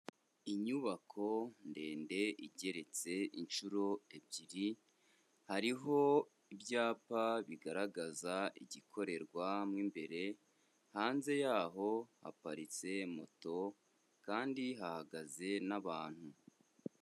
Inyubako ndende igeretse inshuro ebyiri, hariho ibyapa bigaragaza igikorerwa mo imbere, hanze yaho haparitse moto kandi hahagaze n'abantu.